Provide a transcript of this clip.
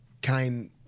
came